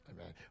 Amen